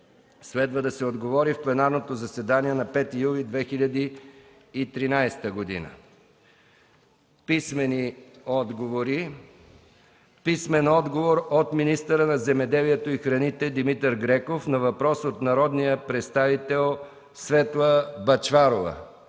Следва да се отговори в пленарното заседание на 5 юли 2013 г. Писмени отговори за връчване от: - министъра на земеделието и храните Димитър Греков на въпрос от народния представител Светла Бъчварова;